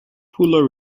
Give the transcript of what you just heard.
pullo